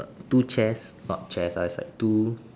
two chairs not chairs ah is like two